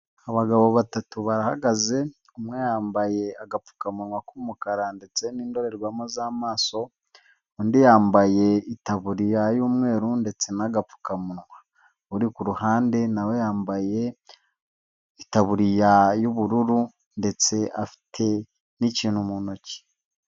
Abagabo batatu barahagaze, umwe yambaye agapfukamunwa k'umukara ndetse n'indorerwamo z'amaso, undi yambaye itaburiya y'umweru ndetse n' agapfukaminwa, uri ku ruhande nawe yambaye itaburiya y'ubururu ndetse afite n'ikintu mu ntoki.